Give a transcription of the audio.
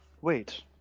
wait